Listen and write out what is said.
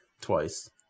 twice